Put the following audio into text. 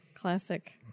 classic